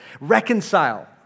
Reconcile